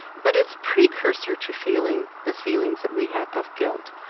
but it's a precursor to feeling the feelings that we have of guilt.